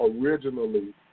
originally